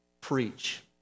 preach